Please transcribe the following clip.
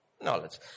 knowledge